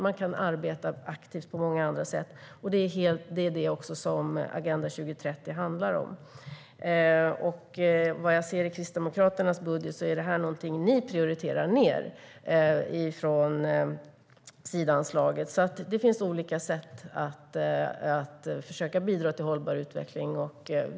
Man kan arbeta aktivt på många andra sätt, och det är också det som Agenda 2030 handlar om. Vad jag ser i Kristdemokraternas budget är det här någonting ni prioriterar ned i Sidaanslaget. Det finns alltså olika sätt att försöka bidra till hållbar utveckling.